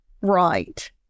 right